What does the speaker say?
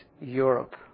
Europe